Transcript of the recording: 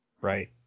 Right